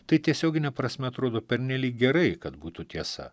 tai tiesiogine prasme atrodo pernelyg gerai kad būtų tiesa